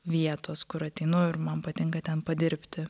vietos kur ateinu ir man patinka ten padirbti